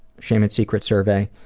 shame and secrets survey,